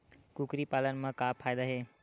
कुकरी पालन म का फ़ायदा हे?